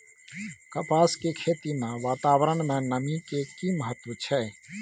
कपास के खेती मे वातावरण में नमी के की महत्व छै?